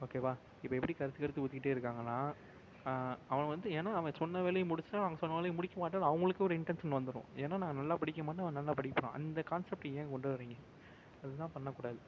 ஓகேவா இப்போ எப்படி கரைத்து கரைத்து ஊற்றிக்கிட்டே இருக்காங்கன்னால் அவன் வந்து ஏன்னால் அவன் சொன்ன வேலையை முடித்திடுவான் அவங்க சொன்ன வேலையை முடிக்க மாட்டேன்னு அவங்களுக்கே ஒரு இன்டென்ஷன் வந்துடும் ஏன்னால் நான் நல்லாப் படிக்க மாட்டேன் அவன் நல்லாப் படிப்பான் அந்த கான்செப்ட் ஏன் கொண்டு வரீங்க அது தான் பண்ணக்கூடாது